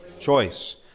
Choice